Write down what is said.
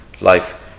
life